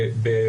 הפגנות וכו',